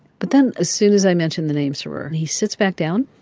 but then, as soon as i mention the name sroor, he sits back down,